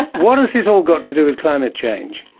what has this all got to do with climate change?